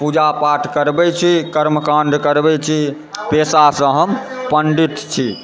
पुजा पाठ करबय छी कर्मकाण्ड करबय छी पेशासँ हम पण्डित छी